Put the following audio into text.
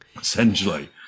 essentially